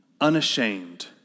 unashamed